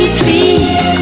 please